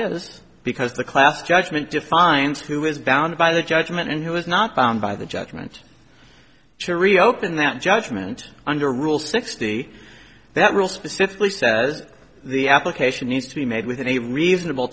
is because the class judgment defines who is bound by the judgment and who is not bound by the judgment to reopen that judgment under rule sixty that rule specifically says the application needs to be made within a reasonable